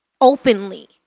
openly